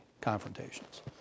confrontations